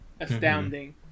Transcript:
astounding